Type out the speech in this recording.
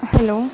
hello